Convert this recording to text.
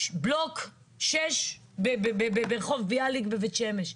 בלוק שש ברחוב ביאליק בבית שמש.